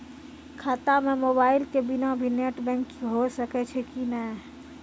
खाता म मोबाइल के बिना भी नेट बैंकिग होय सकैय छै कि नै?